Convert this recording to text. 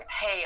hey